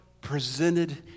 presented